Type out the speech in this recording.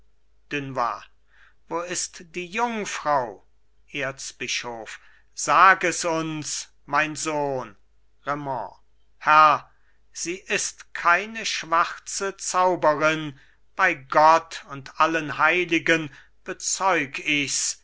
dunois wo ist die jungfrau erzbischof sag es uns mein sohn raimond herr sie ist keine schwarze zauberin bei gott und allen heiligen bezeug ichs